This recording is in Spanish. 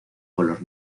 color